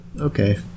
okay